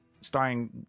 starring